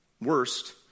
worst